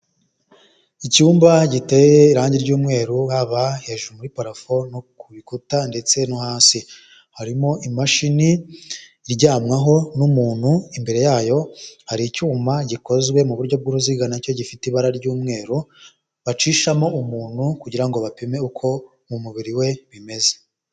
Icyumba giteye irangi ry'umweru, haba hejuru muri parafo, no ku rukuta ndetse no hasi, harimo imashini iryamwaho n'umuntu, imbere yayo hari icyuma gikozwe mu buryo bw'uruziga nacyo gifite ibara ry'umweru, bacishamo umuntu kugira ngo bapime uko mu mubiri we bimeze.